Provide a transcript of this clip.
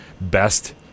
best